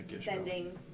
sending